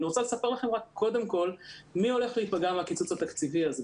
אני רוצה לספר לכם רק קודם כל מי הולך להיפגע מהקיצוץ התקציבי הזה,